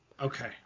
Okay